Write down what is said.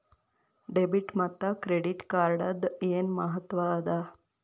Debit ಮತ್ತ credit ಕಾರ್ಡದ್ ಏನ್ ಮಹತ್ವ ಅದ?